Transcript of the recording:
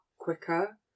Quicker